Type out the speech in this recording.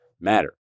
matter